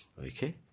Okay